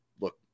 look